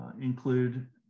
include